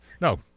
No